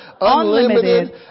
unlimited